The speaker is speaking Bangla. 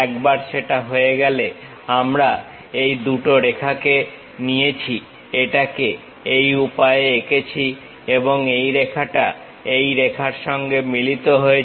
একবার সেটা হয়ে গেলে আমরা এই দুটো রেখাকে নিয়েছি এটাকে এই উপায়ে এঁকেছি এবং এই রেখাটা এই রেখার সঙ্গে মিলিত হয়েছে